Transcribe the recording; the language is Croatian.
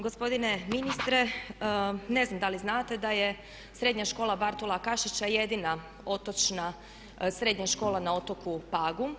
Gospodine ministre ne znam da li znate da je srednja škola "Bartola Kašića" jedina otočna srednja škola na otoku Pagu.